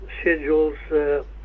schedules